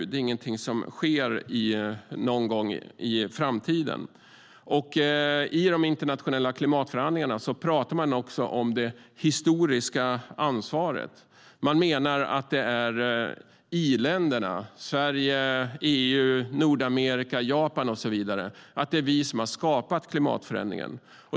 Det är ingenting som sker någon gång i framtiden. I de internationella klimatförhandlingarna talar man om det historiska ansvaret. Man menar att det är i-länderna - Sverige, EU, Nordamerika, Japan och så vidare - som har skapat klimatförändringen.